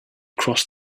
crossed